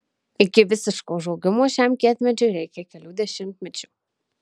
iki visiško užaugimo šiam kietmedžiui reikia kelių dešimtmečių